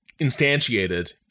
instantiated